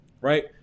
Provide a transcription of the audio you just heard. Right